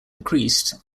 increased